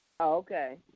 Okay